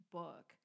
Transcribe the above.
book